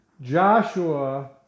Joshua